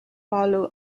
palo